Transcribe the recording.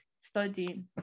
studying